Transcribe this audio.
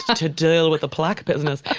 to deal with a plaque business.